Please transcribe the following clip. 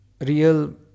real